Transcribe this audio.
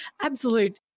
absolute